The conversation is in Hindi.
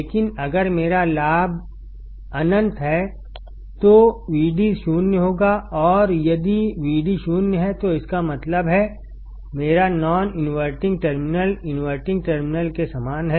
लेकिन अगर मेरा लाभ अनंत है तो Vd 0 होगा और यदि Vd0 है तो इसका मतलब है मेरा non inverting terminal inverting terminal के समान है